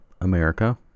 america